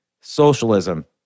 socialism